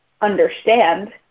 understand